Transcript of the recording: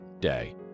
day